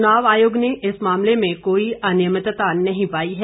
चुनाव आयोग ने इस मामले में कोई अनियमितता नहीं पाई है